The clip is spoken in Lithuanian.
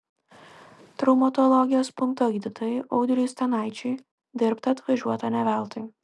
traumatologijos punkto gydytojui audriui stanaičiui dirbta atvažiuota ne veltui